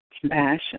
compassion